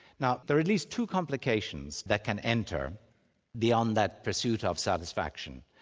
now there are at least two complications that can enter beyond that pursuit of satisfaction,